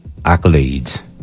accolades